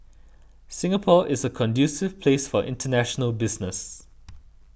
Singapore is a conducive place for international business